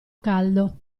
caldo